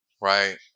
right